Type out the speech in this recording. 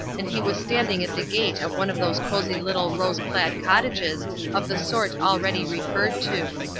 and he was standing at the gate of one of those cozy little rose-clad cottages of the sort already referred to.